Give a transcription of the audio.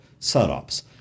setups